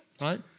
right